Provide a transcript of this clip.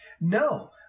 No